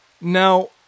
now